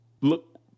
look